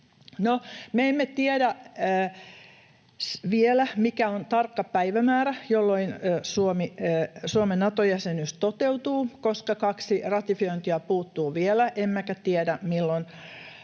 emme tiedä vielä, mikä on tarkka päivämäärä, jolloin Suomen Nato-jäsenyys toteutuu, koska kaksi ratifiointia puuttuu vielä, emmekä tiedä, milloin